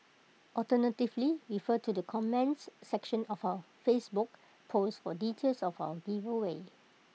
alternatively refer to the comments section of our Facebook post for details of our giveaway